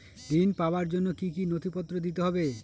ঋণ পাবার জন্য কি কী নথিপত্র দিতে হবে?